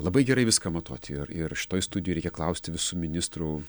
labai gerai viską matuoti ir ir šitoj studijoj reikia klausti visų ministrų